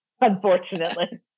unfortunately